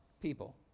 people